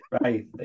right